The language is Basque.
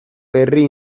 herri